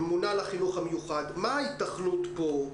מה ההיתכנות פה?